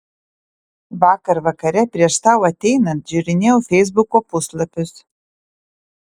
vakar vakare prieš tau ateinant žiūrinėjau feisbuko puslapius